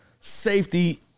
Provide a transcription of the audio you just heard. safety